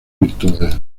virtudes